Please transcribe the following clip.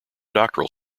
doctoral